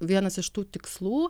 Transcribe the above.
vienas iš tų tikslų